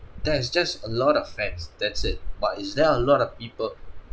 there is just a lot of fans that's it but is there a lot of people